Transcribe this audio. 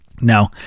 Now